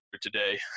today